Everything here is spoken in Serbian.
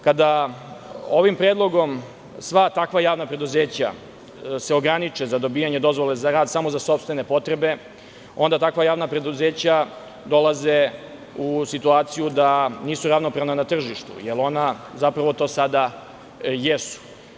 Kada se ovim predlogom sva takva preduzeća ograniče za dobijanje dozvole za rad samo za sopstvene potrebe, onda takva javna preduzeća dolaze u situaciju da nisu ravnopravna na tržištu, jer ona zapravo to sada jesu.